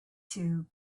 two